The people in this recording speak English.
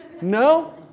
No